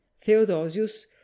Theodosius